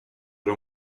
var